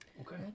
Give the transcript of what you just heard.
Okay